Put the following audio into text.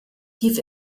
tief